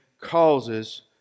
causes